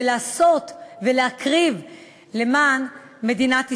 ולעשות ולהקריב למען מדינת ישראל.